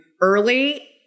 early